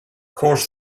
course